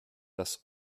das